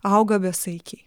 auga besaikiai